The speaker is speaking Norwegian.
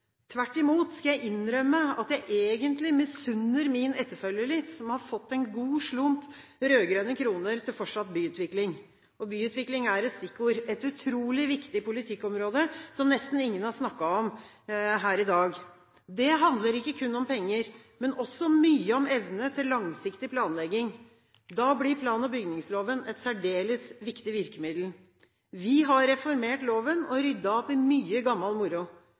Tvert imot skal jeg innrømme at jeg egentlig misunner min etterfølger litt, som har fått en god slump rød-grønne kroner til fortsatt byutvikling. Og byutvikling er et stikkord. Byutvikling er et utrolig viktig politikkområde som nesten ingen har snakket om her i dag. Det handler ikke kun om penger, men også mye om evne til langsiktig planlegging. Da blir plan- og bygningsloven et særdeles viktig virkemiddel. Vi har reformert loven og ryddet opp i mye gammel moro.